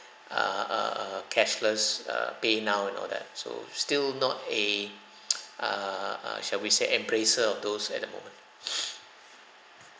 err err cashless err PayNow and all that so still not a err err shall we say embracer of those at the moment